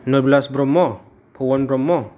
Narbilas Brahma Phaban Brahma